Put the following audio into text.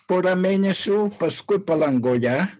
porą mėnesių paskui palangoje